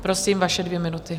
Prosím, vaše dvě minuty.